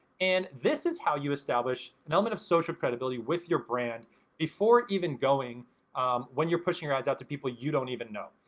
and this is how you establish an element of social credibility with your brand before even going when you're pushing ads out to people you don't even know.